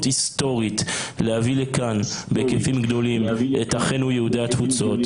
היסטורית להביא לכאן בהיקפים גדולים את אחינו יהודי התפוצות.